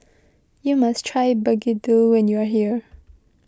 you must try Begedil when you are here